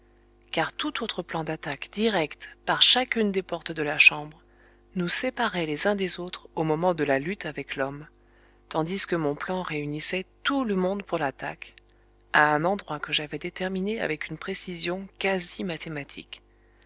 car tout autre plan d'attaque direct par chacune des portes de la chambre nous séparait les uns des autres au moment de la lutte avec l'homme tandis que mon plan réunissait tout le monde pour l'attaque à un endroit que j'avais déterminé avec une précision quasi mathématique